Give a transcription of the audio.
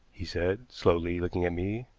he said, slowly, looking at me,